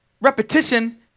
repetition